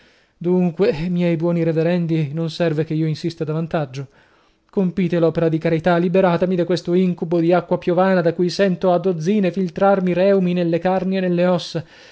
dunque miei buoni reverendi non serve che io insista davantaggio compite l'opera di carità liberatemi da questo incubo di acqua piovana da cui sento a dozzine filtrarmi i reumi nelle carni e nelle ossa